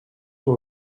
voor